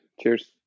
Cheers